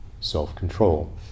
self-control